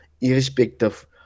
irrespective